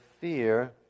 fear